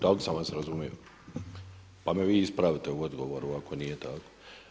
Tako sam vas razumio, pa me vi ispravite u odgovoru ako nije tako.